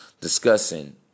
discussing